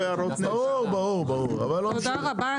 תודה רבה.